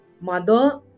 mother